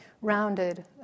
rounded